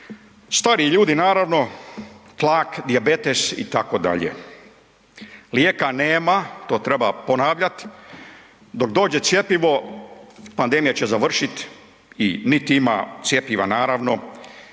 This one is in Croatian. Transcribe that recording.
stariji ljudi naravno, tlak dijabetes, itd. Lijeka nema, to treba ponavljat, dok dođe cjepivo, pandemija će završit i niti ima cjepiva naravno.